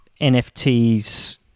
NFTs